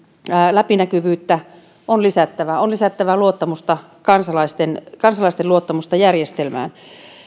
läpinäkyvyyttä on lisättävä on lisättävä luottamusta kansalaisten kansalaisten luottamusta järjestelmään